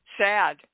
sad